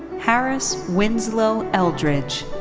harris winslow eldridge.